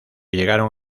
llegaron